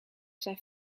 zijn